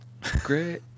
Great